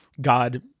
God